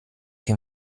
che